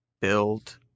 build